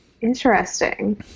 interesting